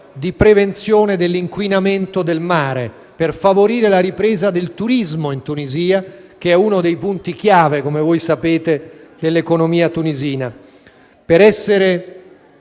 di prevenzione dell'inquinamento del mare e per favorire la ripresa del turismo in Tunisia, uno dei settori chiave, come sapete, dell'economia tunisina. Per essere